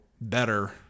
better